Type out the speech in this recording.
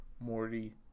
Morty